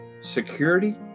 security